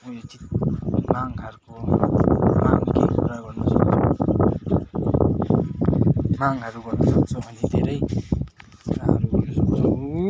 उयो चि माँगहरको माँग केइ कुरा गर्नु छ भने मागहरू गर्न सक्छौँ अनि धेरै कुराहरू गर्न सक्छौँ